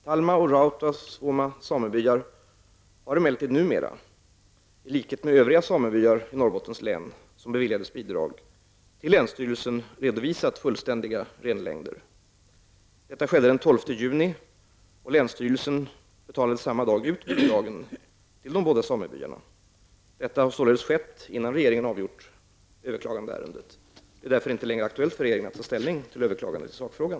Talma och Rautasvuoma samebyar har emellertid numera, i likhet med övriga samebyar i Detta skedde den 12 juni, och länsstyrelsen betalade samma dag ut bidragen till de båda samebyarna. Detta har således skett innan regeringen avgjort det överklagade ärendet. Det är därför inte längre aktuellt för regeringen att ta ställning till överklagandet i sakfrågan.